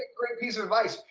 great piece of advice.